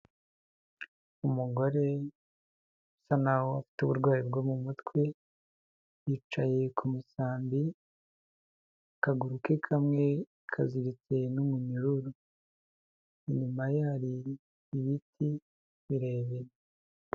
Umugore usa naho afite uburwayi bwo mu mutwe, yicaye ku musambi akaguru ke kamwe kaziritse n'umunyururu, inyuma ye hari ibiti birebire.